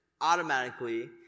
automatically